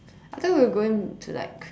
I thought we are going to like